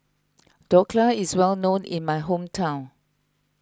Dhokla is well known in my hometown